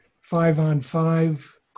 five-on-five